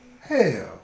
Hell